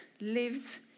lives